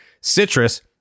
citrus